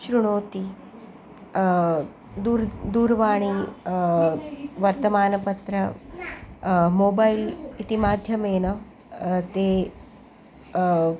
शृणोति दूर् दूरवाणी वर्तमानपत्रम् मोबैल् इति माध्यमेन ते